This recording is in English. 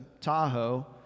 tahoe